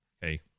hey